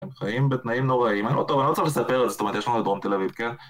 הם חיים בתנאים נוראיים, אני לא צריך לספר על זה, זאת אומרת יש לנו את דרום תל אביב, כן?